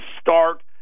start